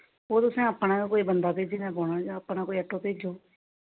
ओह् तुसें अपना गै कोई बंदा भेजनां पौना ओह् जां अपना कोई ऐटो भेज्जो